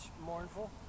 mournful